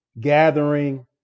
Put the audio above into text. gathering